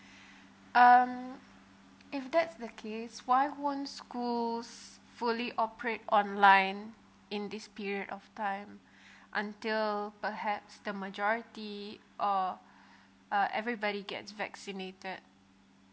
um if that's the case why won't schools fully operate online in this period of time until perhaps the majority or uh everybody gets vaccinated